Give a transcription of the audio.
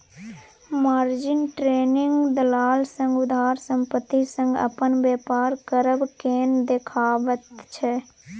margin trading दलाल सँ उधार संपत्ति सँ अपन बेपार करब केँ देखाबैत छै